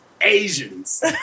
Asians